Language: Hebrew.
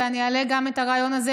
ואני אעלה גם הרעיון הזה,